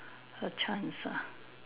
A chance ah